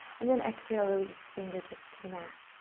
and then exhale, release fingertips to the mat.